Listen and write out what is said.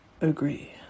agree